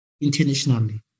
internationally